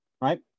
right